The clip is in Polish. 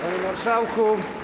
Panie Marszałku!